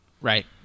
Right